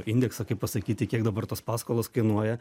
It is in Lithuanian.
indeksą kaip pasakyti kiek dabar tos paskolos kainuoja